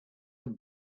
and